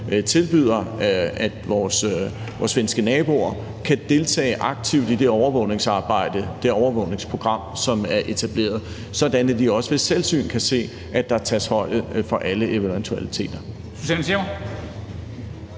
tilbyder, at vores svenske naboer kan deltage aktivt i det overvågningsprogram, som er etableret, sådan at de også ved selvsyn kan se, at der tages højde for alle eventualiteter.